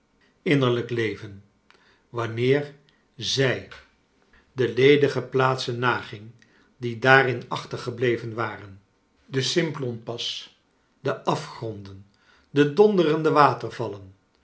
innerlijk leven wanneer zij de ledige plaatsen naging die daarin achtergebleven waren de simplonpas de afgronden de donderende watervallen